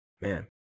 Man